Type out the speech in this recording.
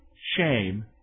shame